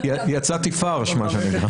יצאתי פרש.